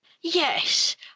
Yes